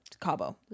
Cabo